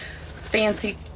fancy